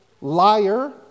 liar